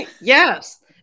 Yes